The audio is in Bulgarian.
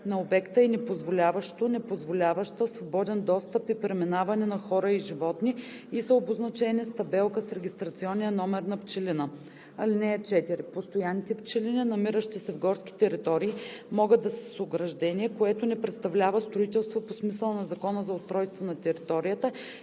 на обекта и непозволяващо/непозволяваща свободен достъп и преминаване на хора и животни, и са обозначени с табелка с регистрационния номер на пчелина. (4) Постоянните пчелини, намиращи се в горски територии, могат да са с ограждение, което не представлява строителство по смисъла на Закона за устройство на територията